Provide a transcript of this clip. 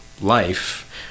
life